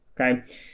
okay